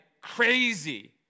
crazy